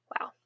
Wow